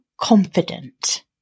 confident